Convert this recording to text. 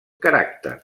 caràcter